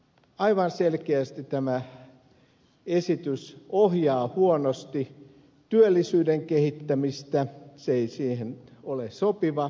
aivan selkeästi tämä esitys ohjaa huonosti työllisyyden kehittämistä se ei siihen ole sopiva